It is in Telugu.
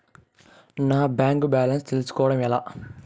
నా బ్యాంకు బ్యాలెన్స్ తెలుస్కోవడం ఎలా?